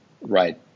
Right